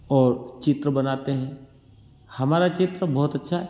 और चित्र बनाते हैं हमारा चित्र बहुत अच्छा है